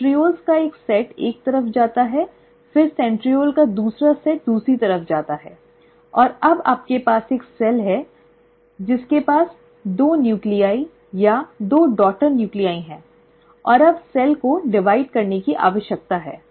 centrioles का एक set एक तरफ जाता है फिर सेंट्रीओल का दूसरा सेट दूसरी तरफ जाता है और अब आपके पास एक सेल है जिसके पास दो नूक्लीआइ या दो डॉटर नूक्लीआइ हैं और अब कोशिका को विभाजित करने की आवश्यकता है